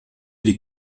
die